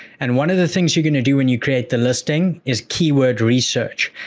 and one of the things you're gonna do when you create the listing is keyword research.